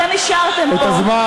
אתם אישרתם פה, את הזמן.